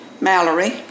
Mallory